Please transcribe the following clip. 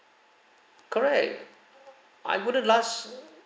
correct I wouldn't last uh